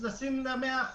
לשים 100%,